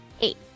Eight